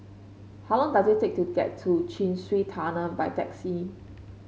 how long does it take to get to Chin Swee Tunnel by taxi